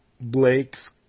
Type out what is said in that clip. Blake's